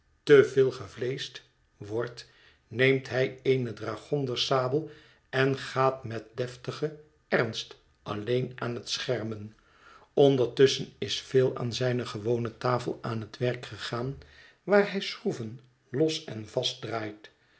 veelgevleescht wordt neemt hij eene dragonderssabel en gaat met deftigen ernst alleen aan het schermen ondertusschen is phil aan zijne gewone tafel aan het werk gegaan waar hij schroeven los en